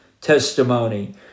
testimony